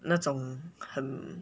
那种很